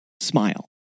smile